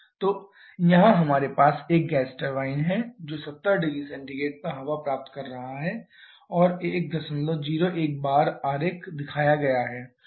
तो यहां हमारे पास एक गैस टरबाइन है जो 70 0C पर हवा प्राप्त कर रहा है और 101 बार आरेख दिखाया गया है